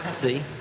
see